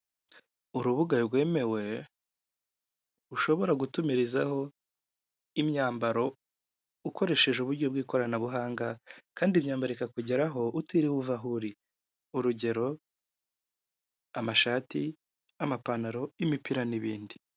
Urubuga rwemewe ushobora gutumirizaho imyambaro ukoresheje uburyo bw'ikoranabuhanga kandi imyambaro ikakugeraho utiri buva aho uri urugero amashati, amapantaro y'imipira n'ibindi.